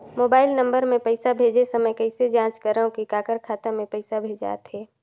Mobile number मे पइसा भेजे समय कइसे जांच करव की काकर खाता मे पइसा भेजात हे?